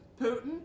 Putin